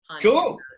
cool